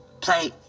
play